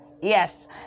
Yes